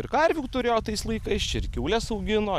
ir karvių turėjo tais laikais čia ir kiaules augino